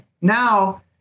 now